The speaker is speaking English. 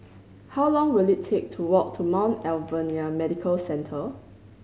how long will it take to walk to Mount Alvernia Medical Centre